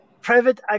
private